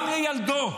גם לילדו.